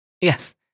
Yes